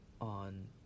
on